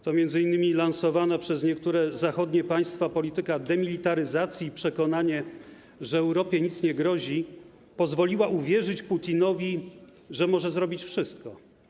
To m.in. lansowana przez niektóre zachodnie państwa polityka demilitaryzacji i przekonanie, że Europie nic nie grozi, pozwoliła uwierzyć Putinowi, że może zrobić wszystko.